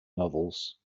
novels